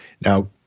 Now